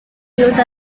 use